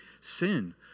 sin